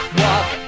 walk